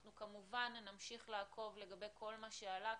אנחנו כמובן נמשיך לעקוב לגבי כול מה שעלה כאן,